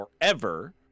forever